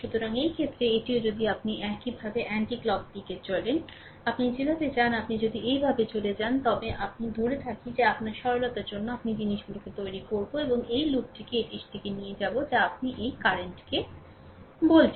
সুতরাং এই ক্ষেত্রে এটিও যদি আপনি বলেন যে আমরা এইভাবে চলেছি আপনি যদি এইভাবে এগিয়ে যান তবে ঘড়ির কাঁটার দিকটি বলে আপনি যদি এইভাবে বা অ্যান্টিক্লক দিকের দিকে চলে যান আপনি যেভাবে চান আপনি যদি এইভাবে চলে যান তবে আমি ধরে থাকি আপনার সরলতার জন্য আমি জিনিসগুলিতে তৈরি করব আমি এই লুপটিকে এটির দিকে নিয়ে যাব যা আপনি এই কারেন্ট কে বলছেন